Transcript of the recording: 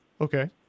Okay